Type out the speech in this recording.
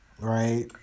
Right